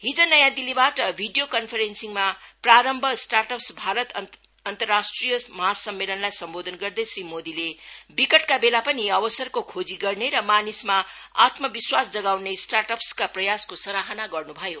हिज नयाँ दिल्लीबाट video conferencing मा प्रारम्भ स्टार्टअप भारत अन्तरराष्ट्रिय महासम्मेलनलाई सम्बोधन गर्दै श्री मोदीले विकटका बेला पनि अवसरको खोजी गर्ने र मानिसमा आत्मविश्वास जगाउने स्टार्टअपका प्रयासको सराहना गर्नु भयो